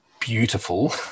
beautiful